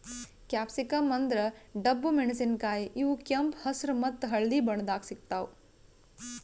capsicum ಅಂದ್ರ ಡಬ್ಬು ಮೆಣಸಿನಕಾಯಿ ಇವ್ ಕೆಂಪ್ ಹೆಸ್ರ್ ಮತ್ತ್ ಹಳ್ದಿ ಬಣ್ಣದಾಗ್ ಸಿಗ್ತಾವ್